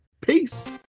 Peace